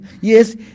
Yes